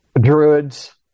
druids